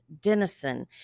Denison